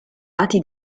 lati